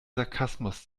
sarkasmus